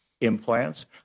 implants